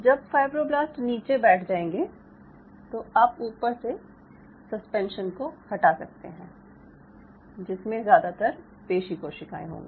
जब फायब्रोब्लास्ट नीचे बैठ जाएंगे तो आप ऊपर से सस्पेंशन को हटा सकते हैं जिसमे ज़्यादातर पेशी कोशिकाएं होंगी